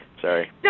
Sorry